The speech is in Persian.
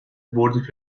برد